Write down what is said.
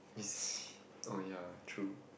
oh ya true